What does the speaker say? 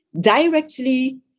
directly